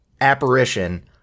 apparition